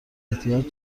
احتیاج